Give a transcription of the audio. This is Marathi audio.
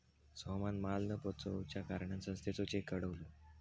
सोहमान माल न पोचवच्या कारणान संस्थेचो चेक अडवलो